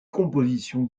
compositions